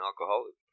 alcoholic